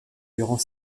durant